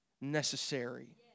necessary